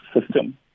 system